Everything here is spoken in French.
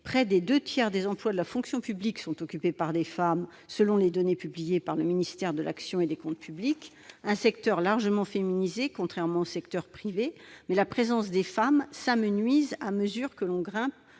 Près des deux tiers des emplois de la fonction publique sont occupés par des femmes selon les données publiées par le ministère de l'action et des comptes publics. Un secteur largement féminisé, contrairement au secteur privé. Mais la présence des femmes s'amenuise à mesure que l'on grimpe